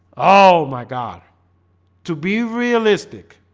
oh my god to be realistic